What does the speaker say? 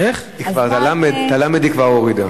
את הלמ"ד היא כבר הורידה.